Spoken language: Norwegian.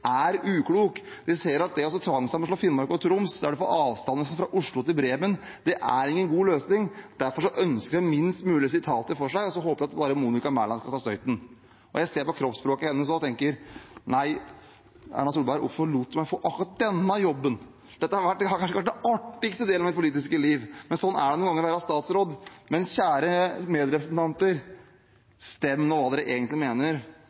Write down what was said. er uklok. De ser at det å tvangssammenslå Finnmark og Troms, der en får avstander som fra Oslo til Bremen, ikke er en god løsning. Derfor ønsker en å gi minst mulig sitater fra seg og håper bare at Monica Mæland skal ta støyten. Jeg ser på kroppsspråket hennes at hun tenker: «Nei, Erna Solberg, hvorfor lot du meg få akkurat denne jobben, dette har kanskje ikke vært den artigste delen av mitt politiske liv.» Men sånn er det noen ganger å være statsråd. Men kjære medrepresentanter: Stem nå hva dere egentlig mener,